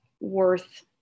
worth